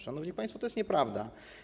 Szanowni państwo, to jest nieprawda.